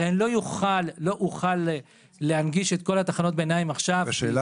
הרי אני לא אוכל להנגיש את כל תחנות הביניים הבין-עירוניות עכשיו גם